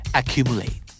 accumulate